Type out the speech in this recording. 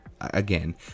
again